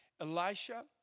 Elisha